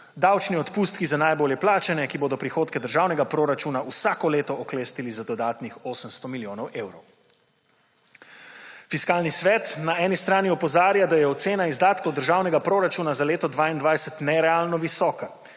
davčni odpustki za najbolje plačane, ki bodo prihodke državnega proračuna vsako leto oklestili za dodatnih 800 milijonov evrov. Fiskalni svet na eni strani opozarja, da je ocena izdatkov državnega proračuna za leto 2022 nerealno visoka,